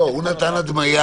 הוא נתן הדמיה